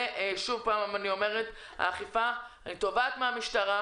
אני תובעת מהמשטרה